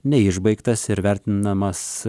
neišbaigtas ir vertinamas